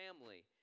family